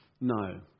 no